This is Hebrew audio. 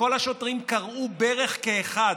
וכל השוטרים כרעו ברך כאחד.